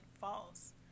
false